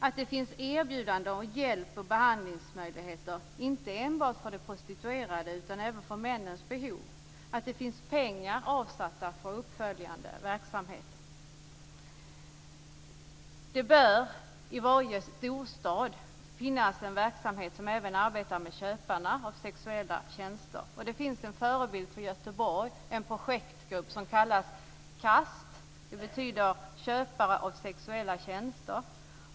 Det skall finnas erbjudande om hjälp och behandlingsmöjligheter, inte enbart för de prostituerade utan även för männens behov, och finnas pengar avsatta för uppföljande verksamheter. Det bör i varje storstad finnas en verksamhet som även arbetar med köparna av sexuella tjänster. Det finns en förebild från Göteborg, en projektgrupp som kallas KAST. Det betyder Köpare av sexuella tjänster.